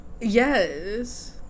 Yes